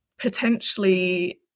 potentially